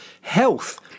health